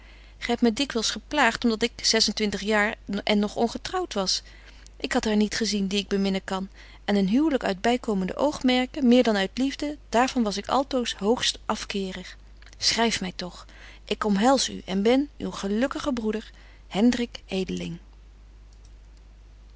gy hebt my dikwyls geplaagt om dat ik zesentwintig jaar en nog ongetrouwt was ik had haar niet gezien die ik beminnen kan en een huwlyk uit bykomende oogmerken meer dan uit liefde daar van was ik altoos hoogst afkerig schryf my toch ik omhels u en ben uw gelukkige broeder